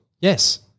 Yes